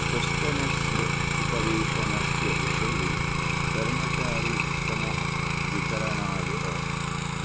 श्वस्तनस्य उपवेशनस्य विषये कर्मचारीसमूहवितरणाय